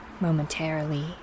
momentarily